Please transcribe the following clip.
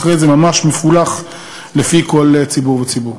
ממש מפולחים לפי כל ציבור וציבור.